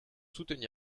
soutenir